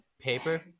paper